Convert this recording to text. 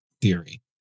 theory